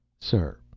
sir,